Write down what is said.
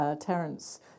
Terence